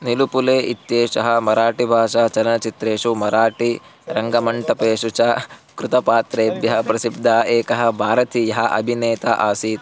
निलू फुले इत्येषः मराठीभाषाचलच्चित्रेषु मराठीरङ्गमण्डपेषु च कृतपात्रेभ्यः प्रसिद्धः एकः भारतीयः अभिनेता आसीत्